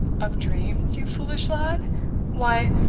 of dreams, you foolish lad why,